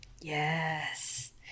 Yes